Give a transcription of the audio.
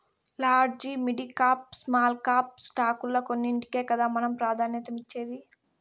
large, midcap, small cap స్టాకుల్ల కొన్నింటికే కదా మనం ప్రాధాన్యతనిచ్చేది